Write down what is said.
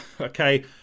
Okay